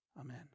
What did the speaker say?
amen